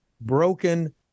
broken